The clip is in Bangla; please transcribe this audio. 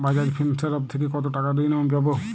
বাজাজ ফিন্সেরভ থেকে কতো টাকা ঋণ আমি পাবো?